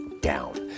down